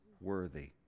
worthy